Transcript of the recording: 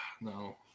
No